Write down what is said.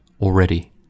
already